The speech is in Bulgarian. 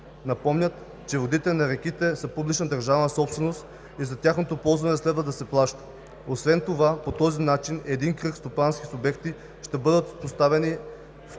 Напомнят, че водите на реките са публична държавна собственост и за тяхното ползване следва да се плаща. Освен това по този начин един кръг стопански субекти ще бъдат поставени в привилегировано